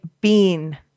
bean